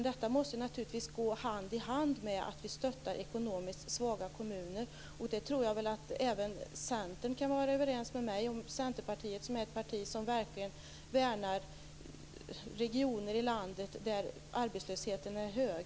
Detta måste självfallet så att säga gå hand i hand med att vi stöttar ekonomiskt svaga kommuner. Där kan väl även ni i Centern vara överens med mig. Centerpartiet är ju ett parti som verkligen värnar regioner i landet där arbetslösheten är hög.